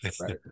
right